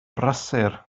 brysur